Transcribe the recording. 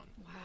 Wow